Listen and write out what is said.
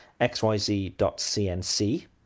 xyz.cnc